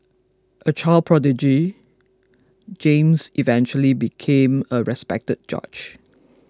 a child prodigy James eventually became a respected judge